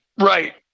Right